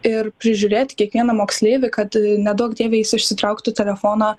ir prižiūrėti kiekvieną moksleivį kad neduok dieve jis išsitrauktų telefoną